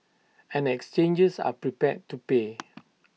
and exchanges are prepared to pay